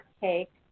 cake